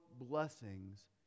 blessings